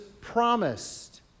promised